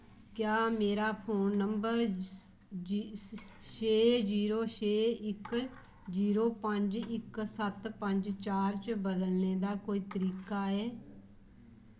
क्या मेरा phone number छे जीरो छे इक जीरो पंज इक सत्त पंज चार च बदलने दा कोई तरीका है